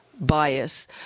bias